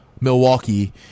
Milwaukee